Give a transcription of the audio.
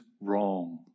wrong